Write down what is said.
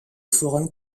forum